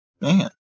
Man